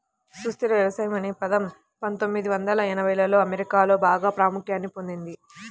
సుస్థిర వ్యవసాయం అనే పదం పందొమ్మిది వందల ఎనభైలలో అమెరికాలో బాగా ప్రాముఖ్యాన్ని పొందింది